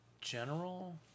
General